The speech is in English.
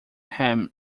him